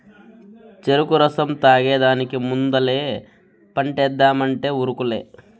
చెరుకు రసం తాగేదానికి ముందలే పంటేద్దామంటే ఉరుకులే